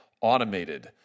automated